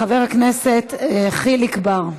חבר הכנסת חיליק בר.